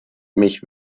mich